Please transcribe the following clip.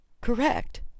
Correct